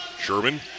Sherman